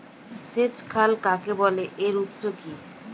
সেচ খাল কাকে বলে এর উৎস কি?